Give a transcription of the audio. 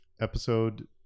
episode